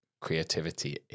creativity